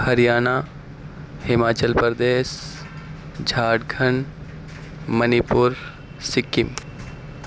Haryana Himachal Pradesh Jharkhand Manipur Sikkim